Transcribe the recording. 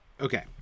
Okay